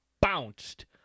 bounced